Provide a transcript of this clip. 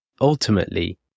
ultimately